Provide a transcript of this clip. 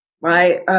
right